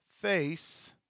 face